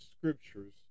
scriptures